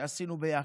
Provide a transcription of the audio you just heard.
שעשינו יחד.